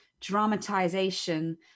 dramatization